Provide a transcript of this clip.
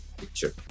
picture